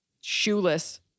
shoeless